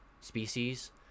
species